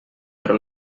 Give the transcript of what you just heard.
però